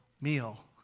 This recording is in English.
meal